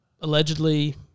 allegedly